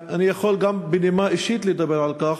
אני יכול לדבר בנימה אישית על כך,